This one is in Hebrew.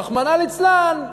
רחמנא ליצלן,